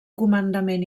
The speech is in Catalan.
comandament